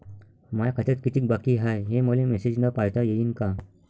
माया खात्यात कितीक बाकी हाय, हे मले मेसेजन पायता येईन का?